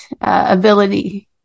ability